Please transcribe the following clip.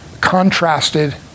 contrasted